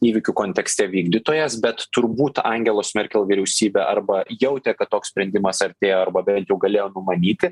įvykių kontekste vykdytojas bet turbūt angelos merkel vyriausybė arba jautė kad toks sprendimas artėja arba bent jau galėjo numanyti